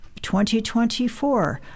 2024